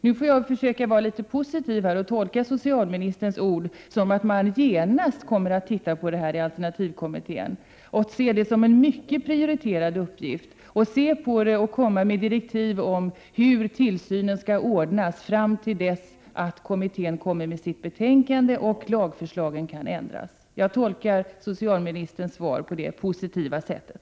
Nu får jag försöka vara litet positiv och tolka socialministerns ord så, att man genast kommer att titta på detta i alternativmedicinkommittén och se det som en prioriterad uppgift, samt att man kommer med direktiv om hur tillsynen skall ordnas fram till dess att kommittén avlämnar sitt betänkande och lagen kan ändras. Jag tolkar socialministerns svar på det positiva sättet.